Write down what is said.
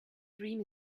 dream